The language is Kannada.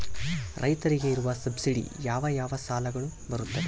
ರೈತರಿಗೆ ಇರುವ ಸಬ್ಸಿಡಿ ಯಾವ ಯಾವ ಸಾಲಗಳು ಬರುತ್ತವೆ?